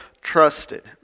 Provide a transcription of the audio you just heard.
trusted